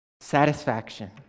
satisfaction